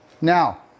Now